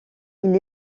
ils